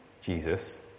Jesus